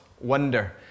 wonder